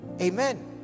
amen